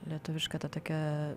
lietuviška ta tokia